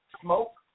smoke